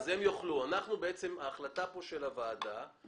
אני מבין